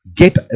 get